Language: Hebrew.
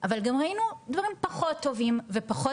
אבל גם ראינו דברים פחות טובים ופחות